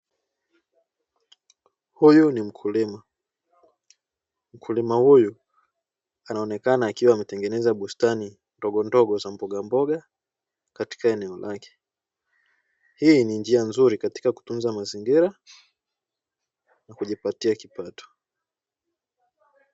Huyu ni mkulima, mkulima huyu anaonekana akiwa ametengeneza bustani ndogondogo za mbogamboga katika eneo lake. Hii ni njia nzuri katika kutunza mazingira kujipatia kipato.